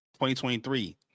2023